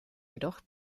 jedoch